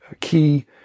key